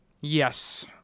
yes